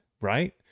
right